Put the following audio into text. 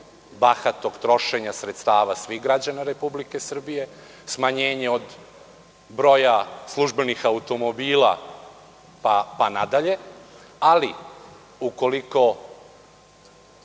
bahatog trošenja sredstava svih građana Republike Srbije, smanjenje broja službenih automobila, pa nadalje. Ali, ukoliko